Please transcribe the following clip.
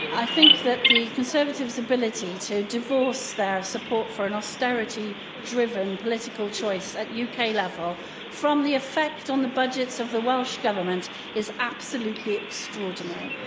i think that the conservatives' ability to divorce their support for an austerity driven political choice at yeah uk level from the effect on the budgets of the welsh government is absolutely extraordinary.